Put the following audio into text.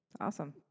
Awesome